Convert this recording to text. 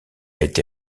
été